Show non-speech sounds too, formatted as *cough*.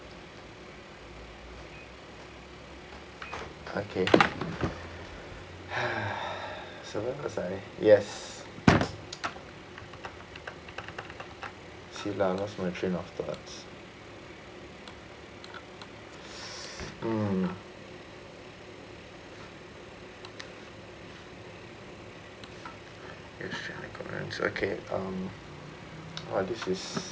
okay *noise* so where was I yes going to trim afterwards *noise* mm okay um oh this is